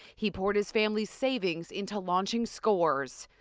he poured his family's savings into launching scores.